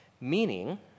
Meaning